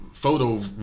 Photo